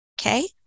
Okay